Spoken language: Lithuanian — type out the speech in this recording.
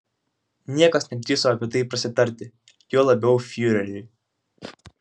niekas nedrįso apie tai prasitarti juo labiau fiureriui